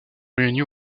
réunies